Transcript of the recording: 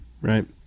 right